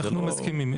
אנחנו מסכימים.